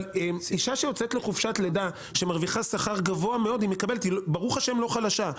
אבל אישה שמרוויחה שכר גבוה מאוד ויוצאת לחופשת לידה היא לא חלשה.